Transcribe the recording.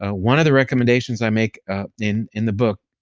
ah one of the recommendations i make ah in in the book,